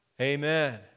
Amen